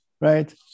right